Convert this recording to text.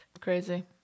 Crazy